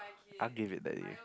I give it that to you